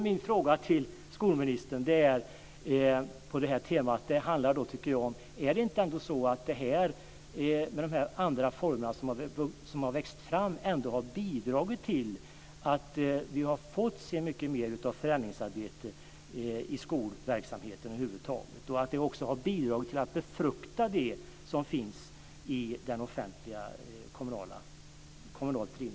Min fråga till skolministern på detta tema är: Har inte dessa andra former som har växt fram ändå bidragit till att vi har fått se mycket mer av förändringsarbete i skolverksamheten över huvud taget och till att befrukta det som finns i den offentliga kommunalt drivna skolan?